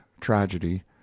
tragedy